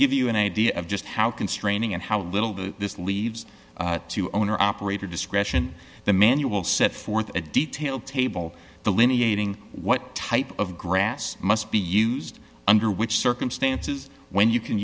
give you an idea of just how constraining and how little this leaves to owner operator discretion the manual set forth a detail table the linear aging what type of grass must be used under which circumstances when you can